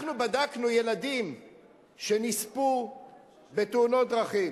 אנחנו בדקנו, ילדים שנספו בתאונות דרכים.